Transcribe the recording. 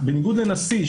בניגוד לנשיא,